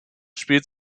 spielt